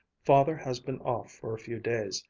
father has been off for a few days,